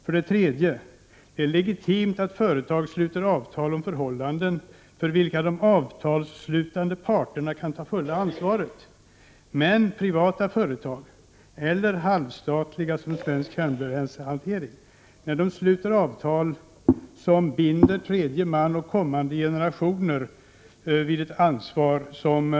För det tredje är det legitimt att företag sluter avtal om förhållanden för vilka de avtalsslutande parterna kan ta fulla ansvaret. Men när privata företag, eller halvstatliga som Svensk Kärnbränslehantering, sluter avtal som binder tredje man och kommande generationer vid ett ansvar som dessa inte Prot.